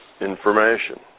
information